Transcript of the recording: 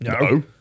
No